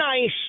nice